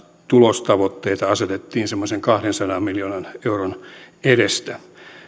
tulostavoitteita asetettiin semmoisen kahdensadan miljoonan euron edestä